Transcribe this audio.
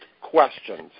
questions